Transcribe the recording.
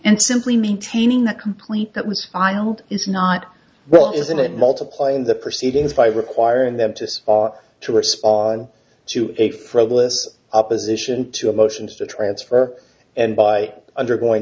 and simply maintaining the complete that was filed is not well isn't it multiply in the proceedings by requiring them to saw to respond to a frivolous opposition to emotions to transfer and by undergoing